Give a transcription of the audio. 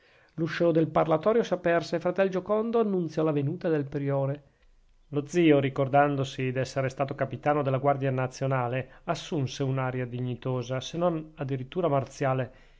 l'uscio del parlatorio si aperse e fratel giocondo annunziò la venuta del priore lo zio ricordandosi d'essere stato capitano della guardia nazionale assunse un'aria dignitosa se non a dirittura marziale